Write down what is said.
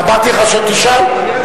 אמרתי לך שלא תשאל?